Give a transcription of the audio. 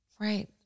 Right